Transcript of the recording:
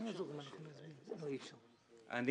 אני